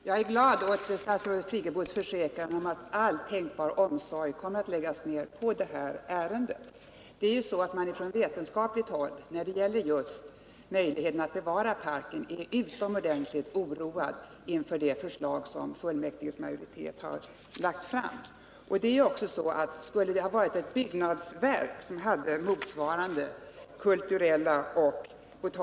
Sverige är i dag ett av de få europeiska länder som är förskonade från den fruktade sjukdomen rabies. För några dagar sedan jagades dock en misstänkt rabiessmittad hund i Stockholm. Ett enda smittat djur som kommer in i Sverige kan medföra att vi för första gången på över 100 år får sjukdomen spridd även i vårt land.